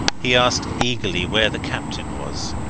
he asked eagerly where the captain was.